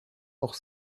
auch